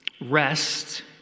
Rest